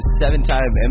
seven-time